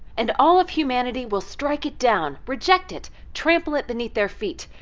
and all of humanity will strike it down, reject it, trample it beneath their feet,